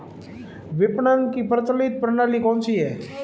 विपणन की प्रचलित प्रणाली कौनसी है?